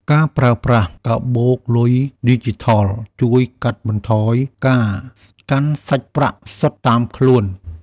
ការប្រើប្រាស់កាបូបលុយឌីជីថល ជួយកាត់បន្ថយការកាន់សាច់ប្រាក់សុទ្ធតាមខ្លួន។